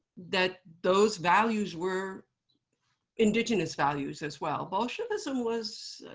that those values were indigenous values, as well. bolshevism was